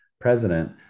president